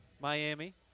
Miami